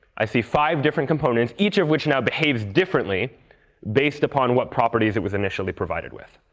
i see five different components, each of which now behaves differently based upon what properties it was initially provided with.